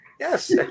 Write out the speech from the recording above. Yes